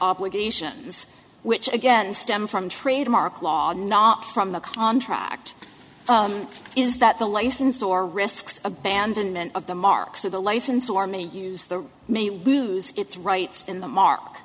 obligations which again stem from trademark law not from the contract is that the license or risks abandonment of the marks of the license or many use the may lose its rights in the mark